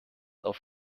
auf